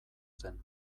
zen